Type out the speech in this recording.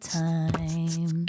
time